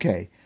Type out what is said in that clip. Okay